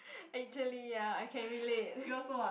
actually ya I can relate